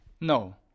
No